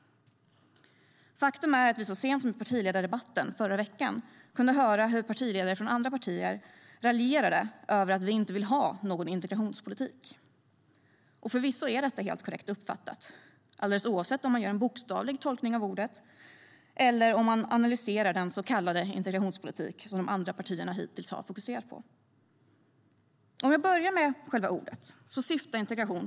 Faktum är att vi så sent som i partiledardebatten förra veckan kunde höra hur partiledare från andra partier raljerade över att vi inte vill ha någon integrationspolitik. Förvisso är det helt korrekt uppfattat, alldeles oavsett om man gör en bokstavlig tolkning av ordet eller om man analyserar den så kallade integrationspolitik som de andra partierna hittills har fokuserat på. Jag börjar med ordet integration.